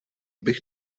bych